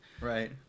Right